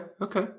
okay